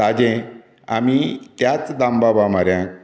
ताजें आमी त्याच दामबाबा म्हऱ्यांत